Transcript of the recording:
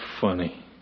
funny